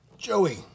Joey